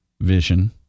vision